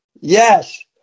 Yes